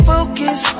Focus